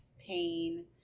pain